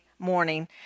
morning